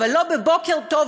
אבל לא ב"בוקר טוב,